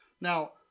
Now